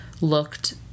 looked